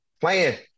playing